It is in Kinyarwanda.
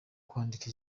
kwandika